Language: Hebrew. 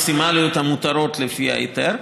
השני זה פליטות מקסימליות המותרות לפי ההיתר.